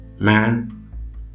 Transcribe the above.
man